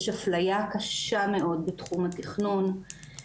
יש אפליה קשה מאוד בתחום התכנון,